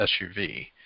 SUV